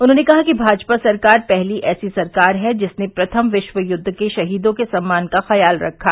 उन्होंने कहा कि भाजपा सरकार पहली ऐसी सरकार है जिसने प्रथम विश्व युद्ध के शहीदों के सम्मान का ख्याल रखा